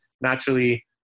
naturally